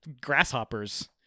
grasshoppers